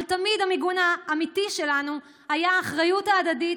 אבל תמיד המיגון האמיתי שלנו היה האחריות ההדדית,